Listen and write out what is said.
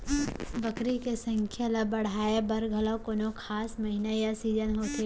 बकरी के संख्या ला बढ़ाए बर घलव कोनो खास महीना या सीजन होथे का?